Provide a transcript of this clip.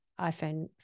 iPhone